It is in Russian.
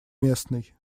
местный